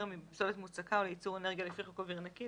תרמי בפסולת מוצקה או לייצור אנרגיה לפי חוק אוויר נקי,